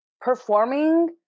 performing